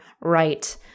right